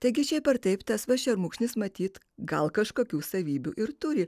taigi šiaip ar taip tas va šermukšnis matyt gal kažkokių savybių ir turi